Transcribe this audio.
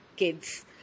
kids